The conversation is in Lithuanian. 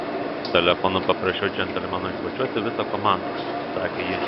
telefonu paprašiau džentelmeno išbučiuoti visą komandą sakė ji